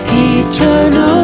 eternal